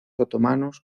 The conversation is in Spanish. otomanos